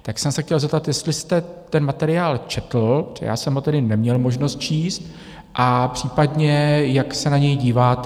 Tak jsem se chtěl zeptat, jestli jste ten materiál četl, protože já jsem ho tedy neměl možnost číst, a případně jak se na něj díváte.